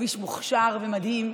איש מוכשר ומדהים,